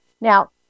now